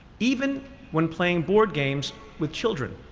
even when playing board games with children.